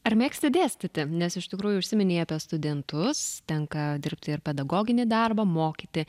ar mėgsti dėstyti nes iš tikrųjų užsiminei apie studentus tenka dirbti ir pedagoginį darbą mokyti